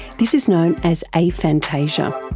this is known as aphantasia.